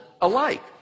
alike